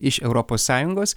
iš europos sąjungos